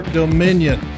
dominion